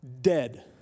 dead